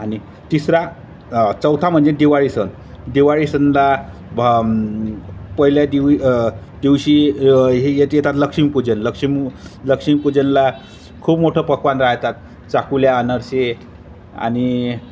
आणि तिसरा चौथा म्हणजे दिवाळी सण दिवाळी सणला भ पहिल्या दिवी दिवशी हे येत येतात लक्ष्मीपूजन लक्ष्मी लक्ष्मी पूजनला खूप मोठं पक्वान्न राहतात चाकूल्या अनारसे आणि